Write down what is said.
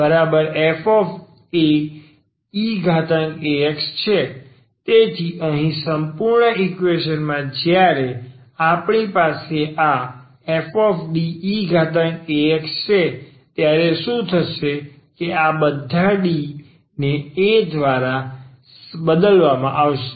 તેથી અહીં સંપૂર્ણ ઈકવેશનમાં જ્યારે આપણી પાસે આ fDeax છે ત્યારે શું થશે કે આ બધા D ને એ દ્વારા બદલવામાં આવશે